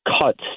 cuts